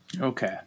Okay